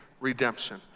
redemption